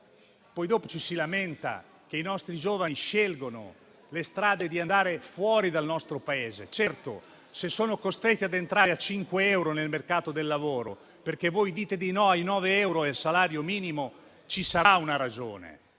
Poi ci si lamenta che i nostri giovani scelgano una strada per andare fuori dal nostro Paese. Certo, se sono costretti ad entrare a 5 euro l'ora nel mercato del lavoro, perché voi dite di no ai 9 euro del salario minimo, ci sarà una ragione.